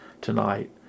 tonight